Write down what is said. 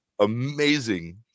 amazing